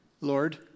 Lord